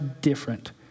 different